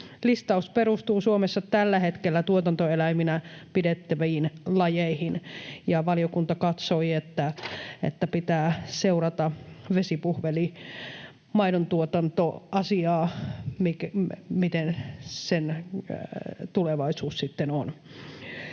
Listaus perustuu Suomessa tällä hetkellä tuotantoeläiminä pidettäviin lajeihin, ja valiokunta katsoi, että pitää seurata vesipuhvelimaidontuotantoasiaa, miten sen tulevaisuus